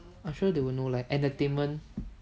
I'm sure they will know leh entertainment